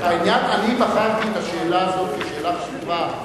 אני בחרתי את השאלה הזאת כשאלה חשובה,